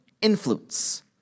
influence